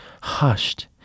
hushed